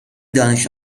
دانش